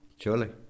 Surely